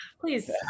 please